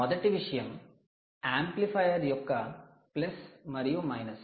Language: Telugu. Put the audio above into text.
మొదటి విషయం యాంప్లిఫైయర్ యొక్క ప్లస్ మరియు మైనస్